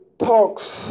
talks